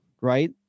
right